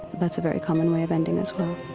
that's a very common way of ending as well